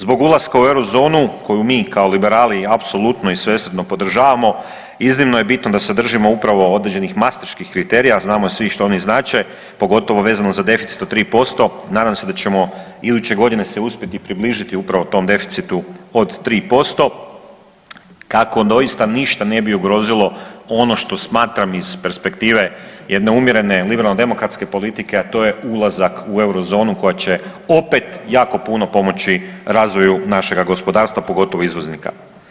Zbog ulaska u eurozonu koju mi kao liberali apsolutno i svesrdno podržavamo iznimno je bitno da se držimo upravo određenih mastriških kriterija, a znamo svi što oni znače, pogotovo vezano za deficit od 3%, nadam se da ćemo iduće godine se uspjeti približiti upravo tom deficitu od 3% kako doista ništa ne bi ugrozilo ono što smatram iz perspektive jedne umjerene liberalno demokratske politike, a to je ulazak u eurozonu koja će opet jako puno pomoći razvoju našega gospodarstva, pogotovo izvoznika.